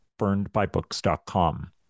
burnedbybooks.com